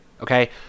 okay